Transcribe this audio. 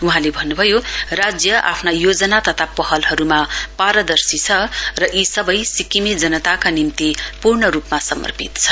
वहाँले भन्नुभयो राज्य आफ्ना योजना तथा पहलहरूमा पारदर्शी छ र यी सबै सिक्विमका जनताका निम्ति पूर्ण रूपमा समर्पित छन्